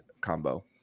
combo